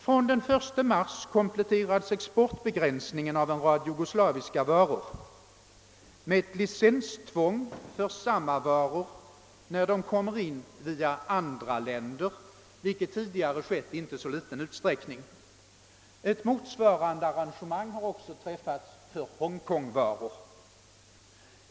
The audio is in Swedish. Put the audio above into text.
Från den 1 mars kompletteras exportbegränsningen för en rad jugoslaviska varor med licenstvång för samma varor när de kommer in via andra länder, vilket tidigare skett i inte så liten utsträckning. Ett motsvarande arrangemang har träffats för hongkongvaror.